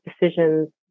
decisions